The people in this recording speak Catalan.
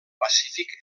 pacífic